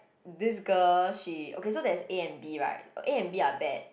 this girl she okay so that is A and B right A and B are bad